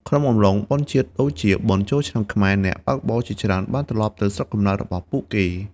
ក្នុងអំឡុងបុណ្យជាតិដូចជាបុណ្យចូលឆ្នាំខ្មែរ អ្នកបើកបរជាច្រើនបានត្រឡប់ទៅស្រុកកំណើតរបស់ពួកគេ។